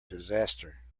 disaster